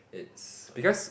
it's because